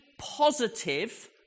positive